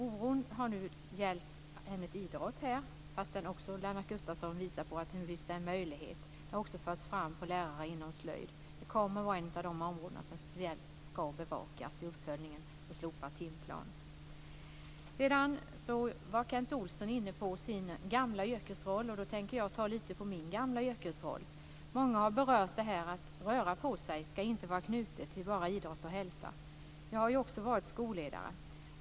Oron har gällt ämnet idrott, fastän Lennart Gustavsson har visat på en möjlighet. Den har också förts fram av lärare inom slöjd. Det är ett av de områden som ska bevakas speciellt i uppföljningen av slopad timplan. Kent Olsson tog upp sin gamla yrkesroll. Jag tänkte ta lite från min gamla yrkesroll. Många har berört att rörelse inte bara ska vara knutet till idrott och hälsa. Jag har också varit skolledare.